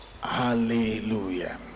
Hallelujah